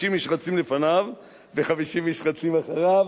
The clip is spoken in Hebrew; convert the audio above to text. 50 איש רצים לפניו ו-50 איש רצים אחריו,